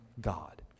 God